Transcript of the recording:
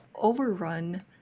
overrun